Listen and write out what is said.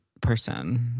person